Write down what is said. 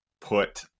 put